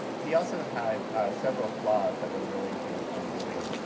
he also had several flaws that were really his undoing.